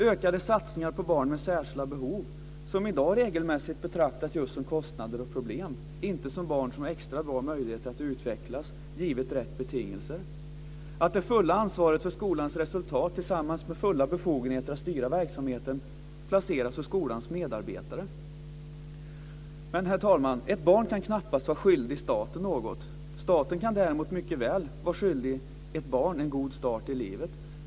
Ökade satsningar på barn med särskilda behov, vilka i dag regelmässigt betraktas just som kostnader och problem och inte som barn som har extra bra möjligheter att utvecklas - givet rätt betingelser. Att det fulla ansvaret för skolans resultat tillsammans med fulla befogenheter att styra verksamheten placeras hos skolans medarbetare. Men, herr talman, ett barn kan knappast vara skyldig staten något. Staten kan däremot mycket väl vara skyldig ett barn en god start i livet.